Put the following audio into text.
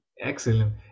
Excellent